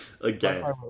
Again